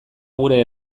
gure